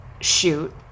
Shoot